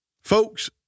folks